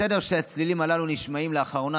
בסדר שהצלילים הללו נשמעים לאחרונה,